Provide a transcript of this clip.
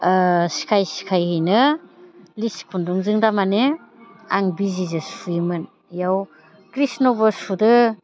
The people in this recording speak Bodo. सिखाय सिखायैनो लिसि खुन्दुंजों तारमाने आं बिजिजों सुयोमोन बेयाव कृष्ण'बो सुदों